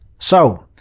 so,